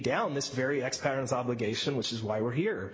down this very experiments obligation which is why we're here